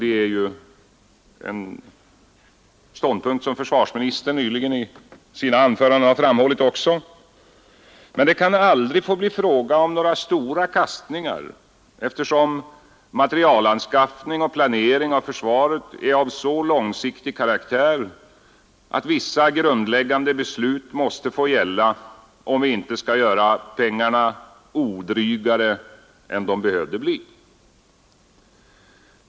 Den ståndpunkten har ju också försvarsministern nyligen framhållit i sina anföranden. Men det kan aldrig få bli fråga om några stora kastningar, eftersom materielanskaffning och planering av försvaret är av så långsiktig karaktär att vissa grundläggande beslut måste få gälla, om vi inte skall göra pengarna odrygare än de behöver bli.